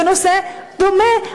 בנושא דומה,